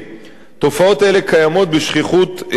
תופעות אלה קיימות בשכיחות גבוהה,